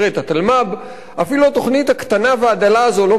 אפילו התוכנית הקטנה והדלה הזאת לא מתוקצבת כראוי.